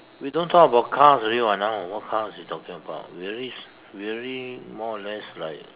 we don't talk about cars already [what] now what cars you talking about we already we already more or less like